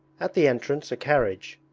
at the entrance a carriage,